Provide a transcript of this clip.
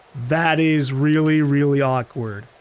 that is really really awkward.